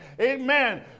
Amen